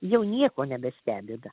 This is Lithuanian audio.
jau nieko nebestebina